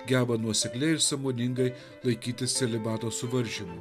geba nuosekliai ir sąmoningai laikytis celibato suvaržymų